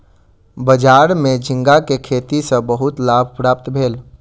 बजार में झींगा के खेती सॅ बहुत लाभ प्राप्त भेल